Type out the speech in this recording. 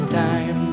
time